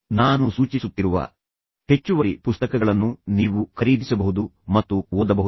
ನಾನು ಸೂಚಿಸುತ್ತಿರುವ ಹೆಚ್ಚುವರಿ ಪುಸ್ತಕಗಳನ್ನು ನೀವು ಖರೀದಿಸಬಹುದು ಮತ್ತು ಓದಬಹುದು